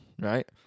right